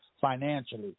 financially